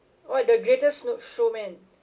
oh the greatest snow~ showman